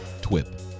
TWiP